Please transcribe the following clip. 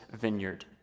vineyard